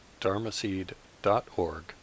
dharmaseed.org